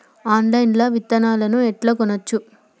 Online లా విత్తనాలను ఎట్లా కొనచ్చు?